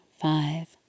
Five